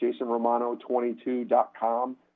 jasonromano22.com